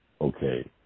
Okay